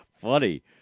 funny